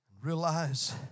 Realize